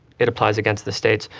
it applies against the states.